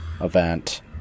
event